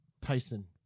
Tyson